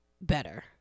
better